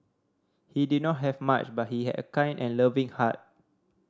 he did not have much but he had a kind and loving heart